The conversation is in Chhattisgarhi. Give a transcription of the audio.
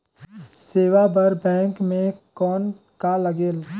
सेवा बर बैंक मे कौन का लगेल?